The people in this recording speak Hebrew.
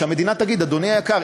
שהמדינה תגיד: אדוני היקר,